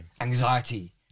anxiety